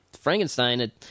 Frankenstein